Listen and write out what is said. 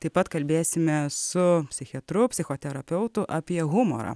taip pat kalbėsime su psichiatru psichoterapeutu apie humorą